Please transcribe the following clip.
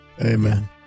Amen